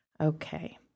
Okay